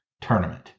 tournament